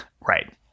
Right